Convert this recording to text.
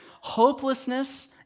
Hopelessness